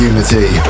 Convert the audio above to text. Unity